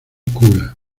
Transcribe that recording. cura